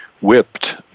whipped